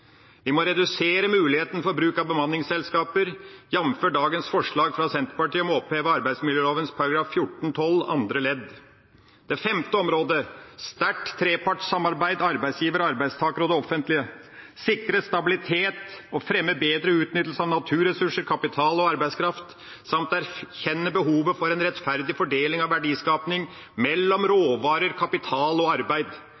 Vi må redusere muligheten for bruk av bemanningsselskaper, jamfør dagens forslag fra Senterpartiet om å oppheve arbeidsmiljølovens § 14-12 andre ledd. Det femte området er et sterkt trepartssamarbeid mellom arbeidsgiver, arbeidstaker og det offentlige, å sikre stabilitet og fremme bedre utnyttelse av naturressurser, kapital og arbeidskraft samt erkjenne behovet for en rettferdig fordeling av verdiskaping mellom råvarer, kapital og arbeid.